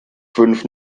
fünf